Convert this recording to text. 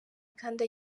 kandi